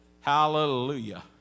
Hallelujah